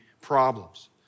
problems